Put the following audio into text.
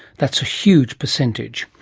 that's a huge percentage.